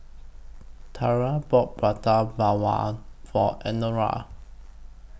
Tarah bought Prata Bawang For Eleonora